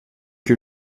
que